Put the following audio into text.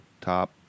Top